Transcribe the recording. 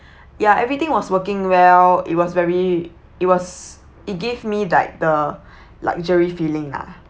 ya everything was working well it was very it was it gave me like the luxury feeling lah